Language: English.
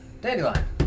Dandelion